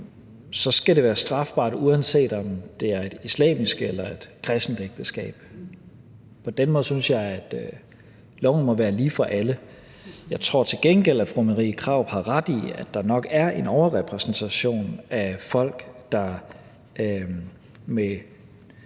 skal det være strafbart, uanset om det er et islamisk eller et kristent ægteskab. På den måde synes jeg, at loven må være lige for alle. Jeg tror til gengæld, at fru Marie Krarup har ret i, at der nok er en overrepræsentation af folk, der med